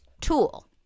tool